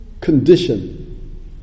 condition